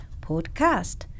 podcast